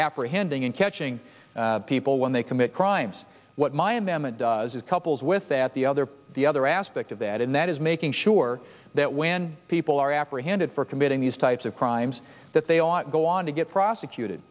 apprehending and catching people when they commit crimes what my and them it does with couples with that the other the other aspect of that and that is making sure that when people are apprehended for committing these types of crimes that they ought to go on to get prosecuted